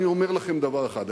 אני אומר לכם דבר אחד,